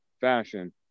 fashion